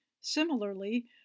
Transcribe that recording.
Similarly